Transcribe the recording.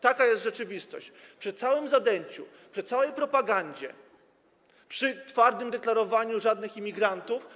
Taka jest rzeczywistość, przy całym zadęciu, przy całej propagandzie, przy twardym deklarowaniu: żadnych imigrantów.